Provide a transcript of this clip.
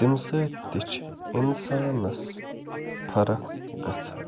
تَمہِ سۭتۍ تہِ چھُ اِنسانس فرق گَژھان